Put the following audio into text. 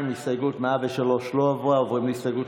קבוצת סיעת יהדות התורה וקבוצת סיעת